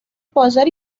بازار